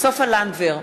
סופה לנדבר,